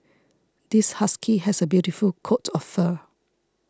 this husky has a beautiful coat of fur